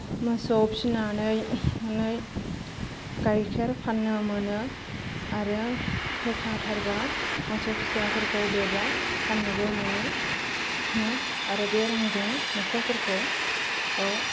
मोसौ फिनिनानै नै गाइखेर फाननो मोनो आरो थेखाथारबा मोसौ फिसाफोरखौ देरोब्ला फाननोबो मोनो आरो बे रांजों न'खरफोरखौ